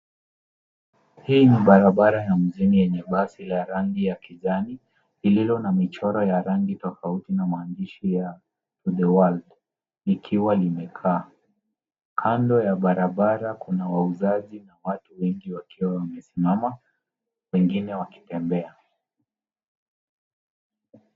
hii ni barabara ya mjini lenye basi la rangi ya kijani lililo na michoro ya rangi tofauti na maandishi ya [to the world]likiwa limekaa kando ya barabara kuna wauzaji na watu wengi wakiwa wamesimama wengine wakitembea